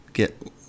get